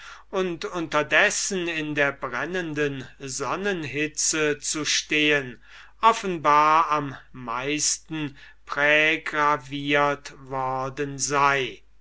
und unterdessen in der brennenden sonnenhitze zu stehen offenbar am meisten prägraviert worden sei